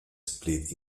split